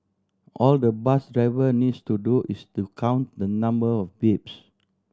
all the bus driver needs to do is to count the number of beeps